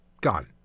gone